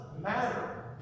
matter